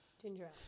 Ginger